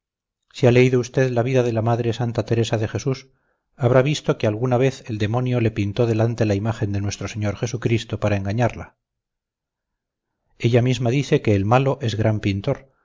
si ha leído usted la vida de la madre santa teresa de jesús habrá visto que alguna vez el demonio le pintó delante la imagen de nuestro señor jesucristo para engañarla ella misma dice que el malo es gran pintor